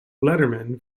letterman